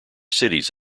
cities